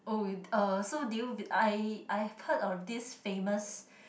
oh uh so did you vi~ I I've heard of this famous